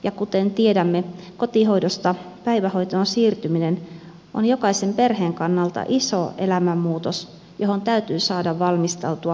ja kuten tiedämme kotihoidosta päivähoitoon siirtyminen on jokaisen perheen kannalta iso elämänmuutos johon täytyy saada valmistautua huolella